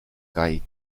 kaj